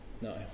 No